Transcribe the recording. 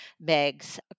Meg's